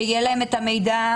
שיהיה להם את המידע,